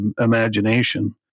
imagination